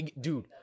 dude